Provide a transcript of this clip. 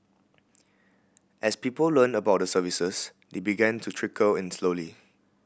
as people learnt about the services they began to trickle in slowly